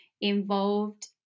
involved